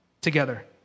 together